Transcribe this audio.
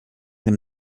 them